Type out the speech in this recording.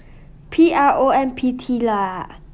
P R O M P T lah